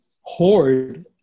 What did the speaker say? hoard